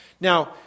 Now